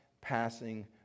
passing